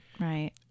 Right